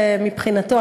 מבחינתו,